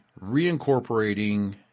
reincorporating